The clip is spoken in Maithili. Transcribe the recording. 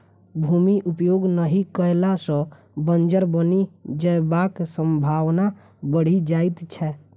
भूमि उपयोग नहि कयला सॅ बंजर बनि जयबाक संभावना बढ़ि जाइत छै